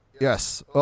Yes